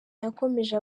yakomeje